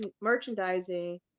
merchandising